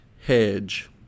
Hedge